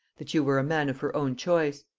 that you were a man of her own choice.